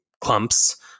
clumps